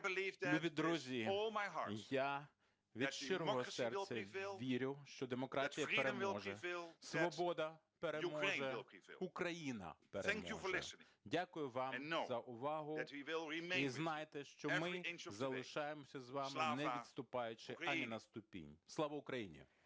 Любі друзі, я від щирого серця вірю, що демократія переможе, свобода переможе, Україна переможе. Дякую вам за увагу. І знайте, що ми залишаємося з вами, не відступаючи ані на ступінь. Слава Україні!